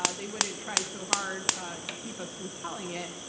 ah they wouldn't try so hard to keep us from telling it.